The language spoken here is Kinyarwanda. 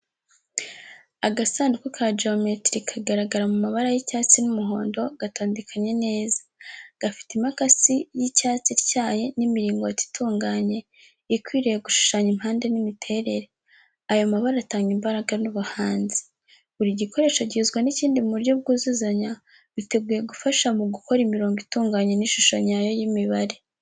Agasanduku ka geometiri kagaragara mu mabara y’icyatsi n’umuhondo, gatondekanye neza. Gafite imakasi y’icyatsi ityaye n’imiringoti itunganye, ikwiriye gushushanya impande n’imiterere. Ayo mabara atanga imbaraga n’ubuhanzi. Buri gikoresho gihuzwa n’ikindi mu buryo bwuzuzanya, biteguye gufasha mu gukora imirongo itunganye n’ishusho nyayo y'imibare.